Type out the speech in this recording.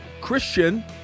Christian